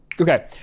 Okay